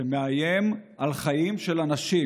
שמאיים על חיים של אנשים,